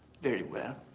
very well.